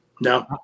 No